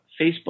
Facebook